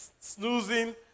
snoozing